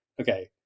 okay